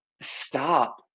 stop